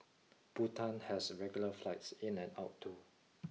Bhutan has regular flights in and out too